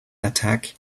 attack